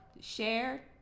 Share